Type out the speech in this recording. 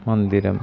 मन्दिरम्